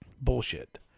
bullshit